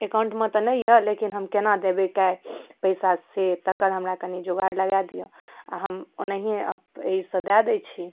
एकाउण्टमे तऽ नहि अइ लेकिन हम कोना देबै पइसा से तकर हमरा कनि जोगार लगा दिअऽ आओर हम ओनाहिए एहिसँ दऽ दै छी